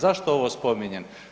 Zašto ovo spominjem?